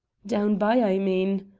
down-by, i mean.